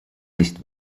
nicht